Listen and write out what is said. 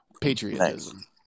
patriotism